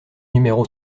numéro